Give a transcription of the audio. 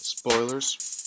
Spoilers